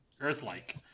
Earth-like